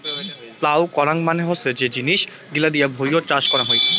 plough করাং মানে হসে যে জিনিস গিলা দিয়ে ভুঁইয়ত চাষ করং হই